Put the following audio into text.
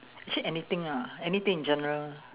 actually anything lah anything in general